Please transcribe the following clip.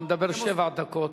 אתה מדבר שבע דקות.